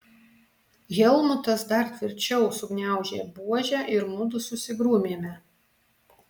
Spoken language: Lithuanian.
helmutas dar tvirčiau sugniaužė buožę ir mudu susigrūmėme